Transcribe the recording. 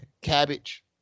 cabbage